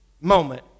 moment